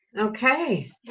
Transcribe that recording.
Okay